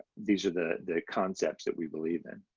these are the the concepts that we believe in.